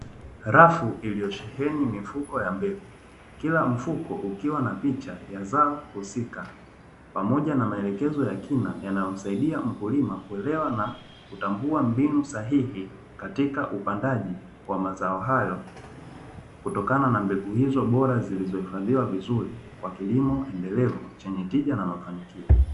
Rafu iliyosheheni mifuko ya mbegu kila mfuko ukiwa na picha ya zao husika pamoja na maelekezo ya kina, yanayosaidia mkulima kuelewa na kutambua mbinu sahihi katika upandaji wa mazao hayo, kutokana na mbegu hizo bora zilizohifadhiwa vizuri kwa kilimo endelevu chenye tija na mafanikio.